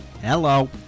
Hello